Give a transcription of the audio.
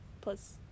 plus